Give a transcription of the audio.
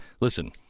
Listen